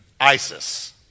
ISIS